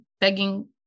begging